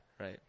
right